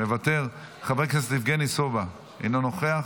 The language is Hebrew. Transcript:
מוותר, חבר הכנסת יבגני סובה, אינו נוכח.